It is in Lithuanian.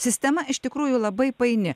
sistema iš tikrųjų labai paini